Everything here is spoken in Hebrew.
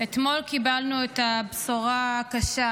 אתמול קיבלנו את הבשורה הקשה